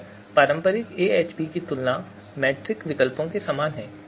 यह पारंपरिक AHP में तुलना मैट्रिक्स विकल्पों के समान है